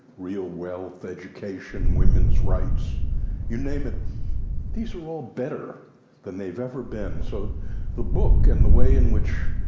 real wealth, education, women's rights you name it these are all better than they've ever been. so the book, and the way in which